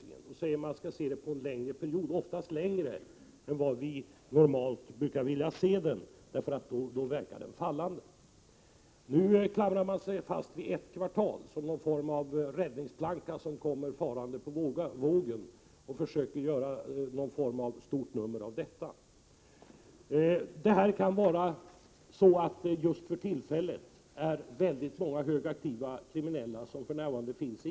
Då säger de att vi skall se den över en längre period, oftast längre än vad vi normalt brukar vilja se den, för då verkar den nämligen fallande. Nu klamrar socialdemokraterna sig fast vid ett kvartals siffror som om de vore någon form av räddningsplanka som kom farande på vågen, och de försöker göra ett stort nummer av detta. Det kan vara så att det just för tillfället finns många högaktiva kriminella på kriminalvårdsanstalt.